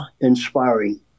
inspiring